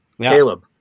Caleb